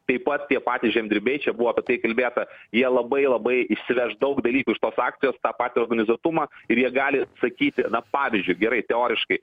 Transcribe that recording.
bei apie patys žemdirbiai čia buvo tai kalbėta jie labai labai išsiveš daug dalykų iš tos akcijos tą patį organizuotumą ir jie gali sakyti na pavyzdžiui gerai teoriškai